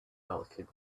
welcome